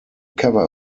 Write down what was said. cover